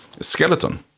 skeleton